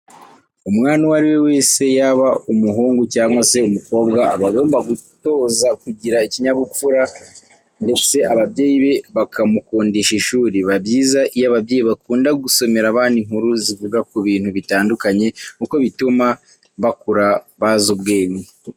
Umwana uwo ari we wese yaba umuhungu cyangwa se umukobwa aba agomba gutoza kugira ikinyabupfura ndetse ababyeyi be bakamukundisha ishuri. Biba byiza iyo ababyeyi bakunda gusomera abana inkuru zivuga ku bintu bitandukanye kuko bituma bakura bazi ubwenge.